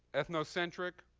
ethnocentric,